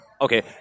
okay